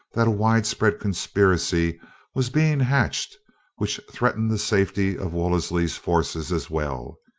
that a widespread conspiracy was being hatched which threatened the safety of wolseley's forces as well.